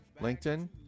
LinkedIn